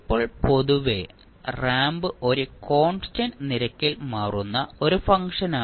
ഇപ്പോൾ പൊതുവേ റാമ്പ് ഒരു കോൺസ്റ്റന്റ് നിരക്കിൽ മാറുന്ന ഒരു ഫംഗ്ഷനാണ്